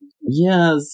yes